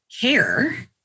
care